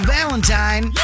Valentine